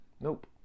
Nope